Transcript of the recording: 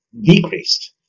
decreased